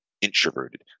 introverted